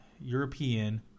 European